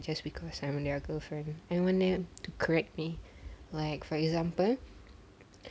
just because I'm their girlfriend and don't want to correct me like for example